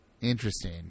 interesting